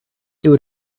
would